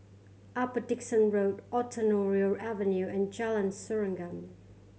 Upper Dickson Road Ontario Avenue and Jalan Serengam